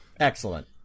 Excellent